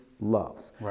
loves